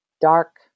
dark